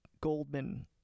Goldman